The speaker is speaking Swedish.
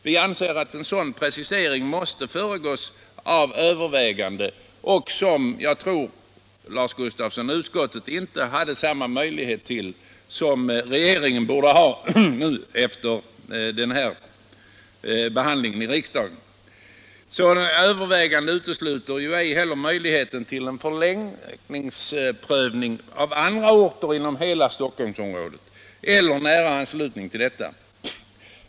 Vi anser att en sådan precisering måste föregås av överväganden, och utskottet hade inte samma möjligheter att göra dessa som regeringen borde ha efter frågans behandling i riksdagen. Sådana överväganden utesluter ej heller möjligheten att pröva förläggning till andra orter inom Stockholmsområdet eller i nära anslutning till detta.